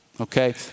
Okay